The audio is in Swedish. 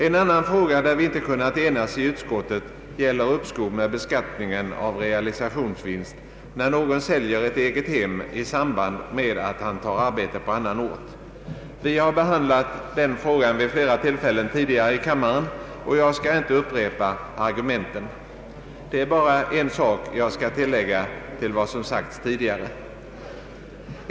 En annan fråga där vi inte kunnat enas i utskottet gäller uppskov med beskattningen av realisationsvinst när någon säljer ett eget hem i samband med att han tar arbete på annan ort. Vi har vid flera tillfällen tidigare behandlat den frågan i kammaren, och jag skall inte upprepa argumenten. Det är bara en sak jag vill tillägga till vad som sagts tidigare.